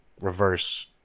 reverse